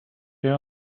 ėjo